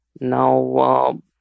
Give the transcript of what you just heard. now